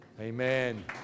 Amen